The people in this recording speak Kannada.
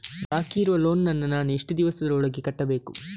ಬಾಕಿ ಇರುವ ಲೋನ್ ನನ್ನ ನಾನು ಎಷ್ಟು ದಿವಸದ ಒಳಗೆ ಕಟ್ಟಬೇಕು?